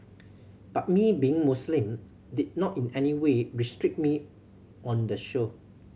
but me being Muslim did not in any way restrict me on the show